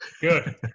Good